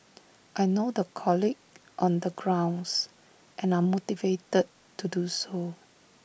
I know the colleagues on the grounds and are motivated to do so